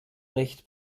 recht